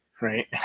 Right